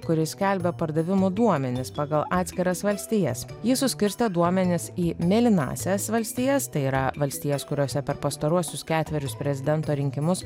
kuri skelbia pardavimų duomenis pagal atskiras valstijas ji suskirstė duomenis į mėlynąsias valstijas tai yra valstijas kuriose per pastaruosius ketverius prezidento rinkimus